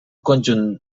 conjunt